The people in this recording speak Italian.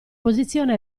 posizione